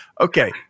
Okay